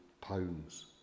pounds